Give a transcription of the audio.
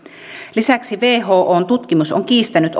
lisäksi whon tutkimus on kiistänyt